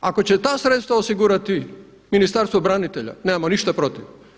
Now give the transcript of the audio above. Ako će ta sredstva osigurati Ministarstvo branitelja, nemamo ništa protiv.